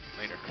Later